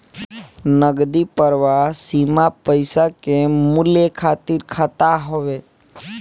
नगदी प्रवाह सीमा पईसा के मूल्य खातिर खाता हवे